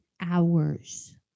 hours